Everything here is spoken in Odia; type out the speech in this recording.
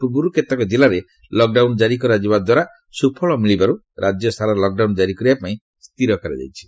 ପୂର୍ବରୁ କେତେକ ଜିଲ୍ଲାରେ ଲକଡାଉନ ଜାରି କରାଯିବା ଦ୍ୱାରା ସୁଫଳ ମିଳିବାରୁ ରାଜ୍ୟସାରା ଲକଡାଉନ୍ ଜାରି କରିବା ପାଇଁ ସ୍ଥିର କରାଯାଇଛି